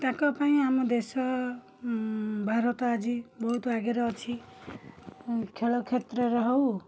ତାଙ୍କ ପାଇଁ ଆମ ଦେଶ ଭାରତ ଆଜି ବହୁତ ଆଗରେ ଅଛି ଖେଳ କ୍ଷେତ୍ରରେ ହେଉ